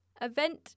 event